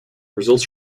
results